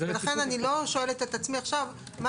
לכן אני לא שואלת את עצמי עכשיו מה